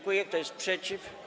Kto jest przeciw?